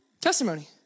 testimony